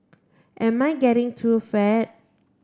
am I getting too fat